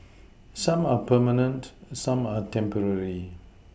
some are permanent some are temporary